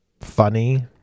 funny